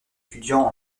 étudiants